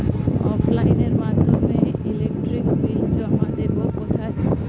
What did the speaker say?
অফলাইনে এর মাধ্যমে ইলেকট্রিক বিল জমা দেবো কোথায়?